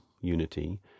unity